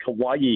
Kauai